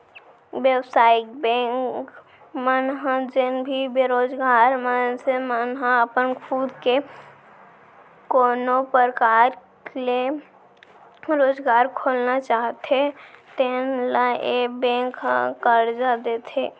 बेवसायिक बेंक मन ह जेन भी बेरोजगार मनसे मन ह अपन खुद के कोनो परकार ले रोजगार खोलना चाहते तेन ल ए बेंक ह करजा देथे